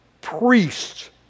priests